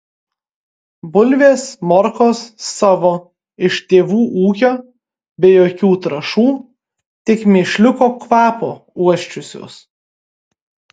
bulvės morkos savo iš tėvų ūkio be jokių trąšų tik mėšliuko kvapo uosčiusios